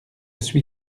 suis